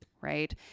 Right